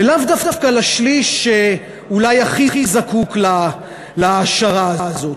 ולאו דווקא לשליש שאולי הכי זקוק להעשרה הזאת.